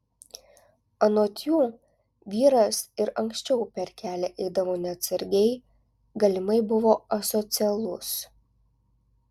anot jų vyras ir anksčiau per kelią eidavo neatsargiai galimai buvo asocialus